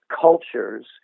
cultures